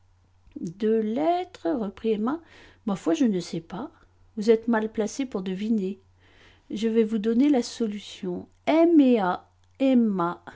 lettres reprit emma ma foi je ne sais pas vous êtes mal placée pour deviner je vais vous donner la solution